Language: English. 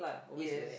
yes